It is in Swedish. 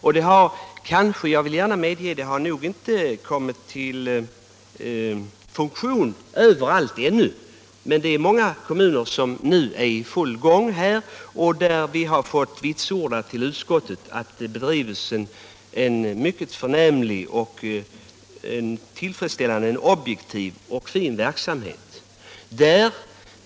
Jag medger gärna att denna ordning nog ännu inte kommit i funktion överallt, men i många kommuner är verksamheten i full gång. Utskottet har också fått vitsordat att det på många håll bedrivs en mycket förnämlig, tillfredsställande och objektiv verksamhet.